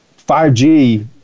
5G